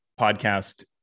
podcast